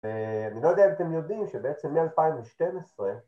ואני לא יודע אם אתם יודעים שבעצם מ-2012